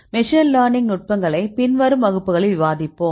machine learning நுட்பங்களை பின்வரும் வகுப்புகளில் விவாதிப்போம்